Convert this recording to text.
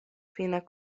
fine